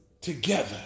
together